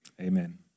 Amen